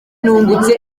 nungutse